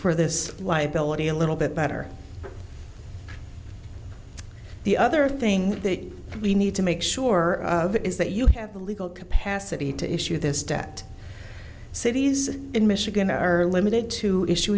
for this liability a little bit better the other thing we need to make sure of is that you have the legal capacity to issue this debt cities in michigan are limited to issu